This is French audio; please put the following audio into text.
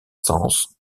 saëns